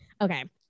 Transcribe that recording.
okay